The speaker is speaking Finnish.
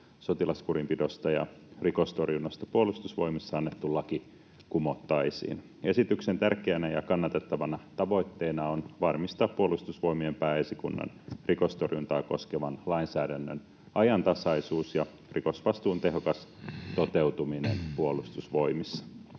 sotilaskurinpidosta ja rikostorjunnasta Puolustusvoimissa annettu laki kumottaisiin. Esityksen tärkeänä ja kannatettavana tavoitteena on varmistaa Puolustusvoimien pääesikunnan rikostorjuntaa koskevan lainsäädännön ajantasaisuus ja rikosvastuun tehokas toteutuminen Puolustusvoimissa.